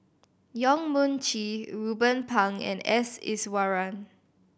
Yong Mun Chee Ruben Pang and S Iswaran